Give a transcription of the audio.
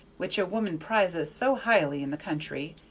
which a woman prizes so highly in the country,